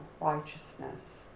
righteousness